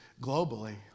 globally